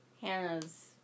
Hannah's